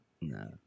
No